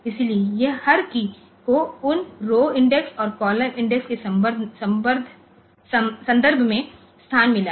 इसलिए हर कीय को उन रौ इंडेक्स और कॉलम इंडेक्स के संदर्भ में स्थान मिला है